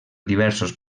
diversos